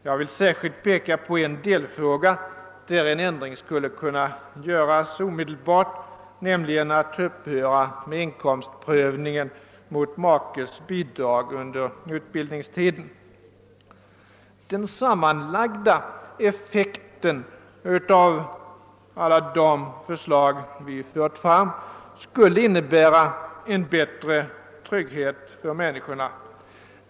Jag vill särskilt peka på en delfråga där en ändring skulle kunna göras omedelbart; man bör upphöra med inkomstprövning mot makens bidrag under utbildningstiden. Den sammanlagda effekten av alla de förslag som vi har fört fram skulle innebära större trygghet för människorna.